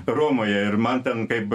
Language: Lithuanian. romoje ir man ten kaip